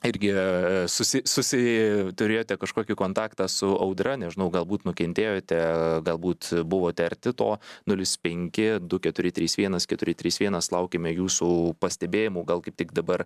irgi susi susi turėjote kažkokį kontaktą su audra nežinau galbūt nukentėjote galbūt buvote arti to nulis penki du keturi trys vienas keturi trys vienas laukiame jūsų pastebėjimų gal kaip tik dabar